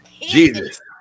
Jesus